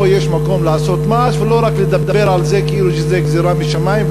פה יש מקום לעשות מעשה ולא רק לדבר על זה כאילו שזו גזירה משמים,